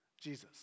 Jesus